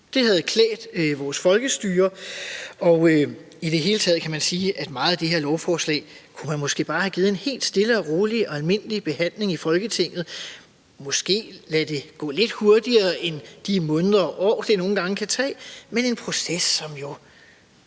Det havde klædt vores folkestyre. I det hele taget kan man sige, at meget af det her lovforslag kunne man måske bare have givet en helt stille og rolig og almindelig behandling i Folketinget, måske kunne man lade det gå lidt hurtigere end de måneder og år, det nogle gange kan tage, men det er en proces, som jo